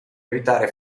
evitare